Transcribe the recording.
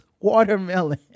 watermelon